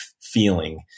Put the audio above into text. feeling